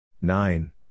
Nine